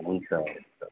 हुन्छ हुन्छ